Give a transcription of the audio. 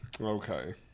okay